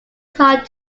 hard